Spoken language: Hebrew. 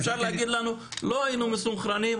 לא היינו מסונכרנים,